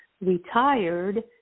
retired